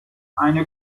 eine